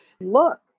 look